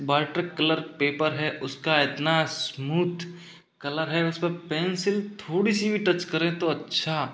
watercolour paper है उसका इतना स्मूथ कलर है उसमे पेंसिल थोड़ी सी भी टच करें तो अच्छा